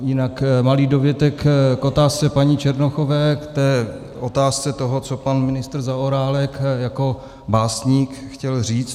Jinak malý dovětek k otázce paní Černochové v otázce toho, co pan ministr Zaorálek jako básník chtěl říct.